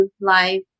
life